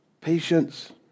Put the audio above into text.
Patience